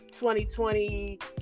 2020